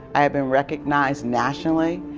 i have been recognized nationally,